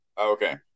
Okay